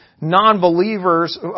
non-believers